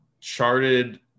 charted